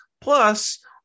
Plus